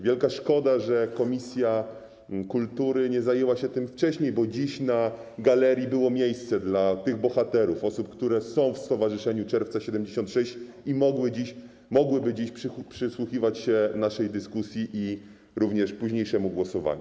Wielka szkoda, że komisja kultury nie zajęła się tym wcześniej, bo dziś na galerii było miejsce dla tych bohaterów, osób, które są w Stowarzyszeniu Czerwca ’76 i mogłyby dziś przysłuchiwać się naszej dyskusji i późniejszemu głosowaniu.